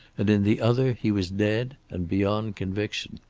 and in the other he was dead, and beyond conviction.